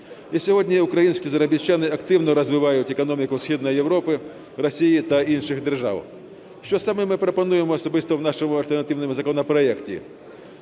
І сьогодні українські заробітчани активно розвивають економіку Східної Європи, Росії та інших держав. Що саме ми пропонуємо особисто в нашому альтернативному законопроекті?